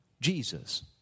Jesus